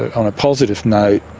on a positive note,